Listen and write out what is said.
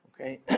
okay